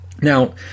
Now